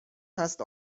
هست